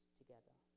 together